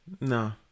no